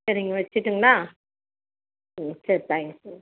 சரிங்க வச்சிட்டுங்ளா ஓ சரி தேங்க்யூ